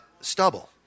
Stubble